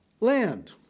land